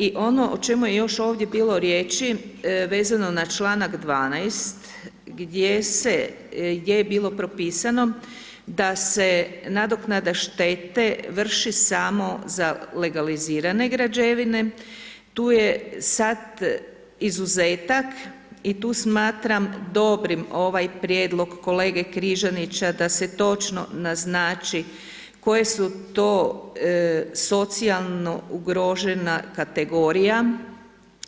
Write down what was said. I ono o čemu je još ovdje bilo riječi vezano na članak 12. gdje je bilo propisano da se nadoknada štete vrši samo legalizirane građevine, tu je sad izuzetak i tu smatram dobrim ovaj prijedlog kolege Križanića da se točno naznači koje su to socijalno ugrožena kategorija